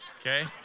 Okay